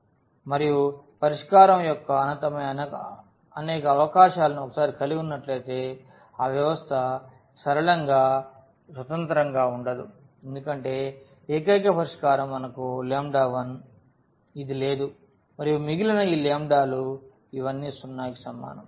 మరియు పరిష్కారం యొక్క అనంతమైన అనేక అవకాశాలను ఒకసారి కలిగి ఉన్నట్లయితే ఆ వ్యవస్థ సరళంగా స్వతంత్రంగా ఉండదు ఎందుకంటే ఏకైక పరిష్కారం మనకు 1 ఇది లేదు మరియు మిగిలిన ఈ లు ఇవన్నీ 0 కి సమానం